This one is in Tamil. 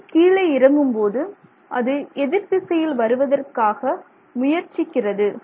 எடை கீழே இறங்கும்போது அது எதிர் திசையில் வருவதற்காக முயற்சிக்கிறது